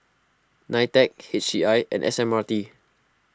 Nitec H C I and S M R T